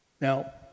Now